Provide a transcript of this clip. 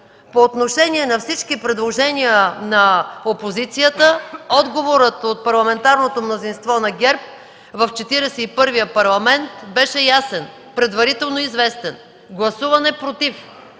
По отношение на всички предложения на опозицията, отговорът от парламентарното мнозинство на ГЕРБ в Четиридесет и първия Парламент беше ясен, предварително известен – гласуване „против”.